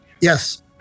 Yes